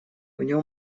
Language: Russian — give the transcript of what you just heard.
нем